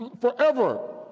forever